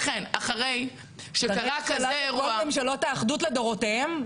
ולכן אחרי שקרה כזה אירוע ------ ממשלות אחדות לדורותיהן?